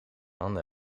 handen